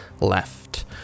left